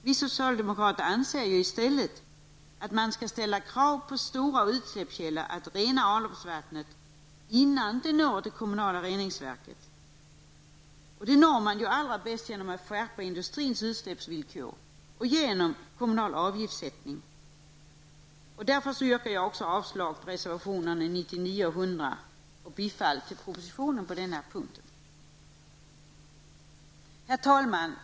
Vi socialdemokrater anser i stället att man skall ställa krav på stora utsläppskällor att rena avloppsvattnet innan det når det kommunala reningsverket. Detta åstadkommer man bäst genom att skärpa industrins utsläppsvillkor i form av kommunal avgiftssättning. Därmed yrkar jag avslag också på reservationerna 99 och 100 samt bifall till propositionen på denna punkt. Herr talman!